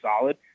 solid